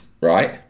right